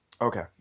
Okay